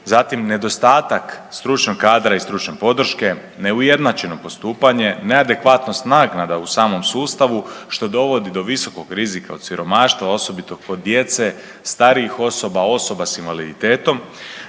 zatim nedostatak stručnog kadra i stručne podrške, neujednačeno postupanje, neadekvatnost naknada u samom sustavu što dovodi do visokog rizika od siromaštava osobito kod djece, starijih osoba, osoba s invaliditetom.